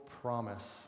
promise